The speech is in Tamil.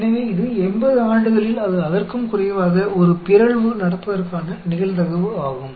எனவே இது 80 ஆண்டுகளில் அல்லது அதற்கும் குறைவாக ஒரு பிறழ்வு நடப்பதற்கான நிகழ்தகவு ஆகும்